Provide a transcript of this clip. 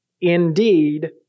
indeed